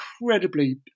incredibly